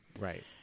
Right